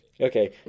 Okay